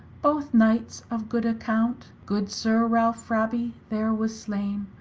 both knights of good account, good sir ralph rabby there was slaine,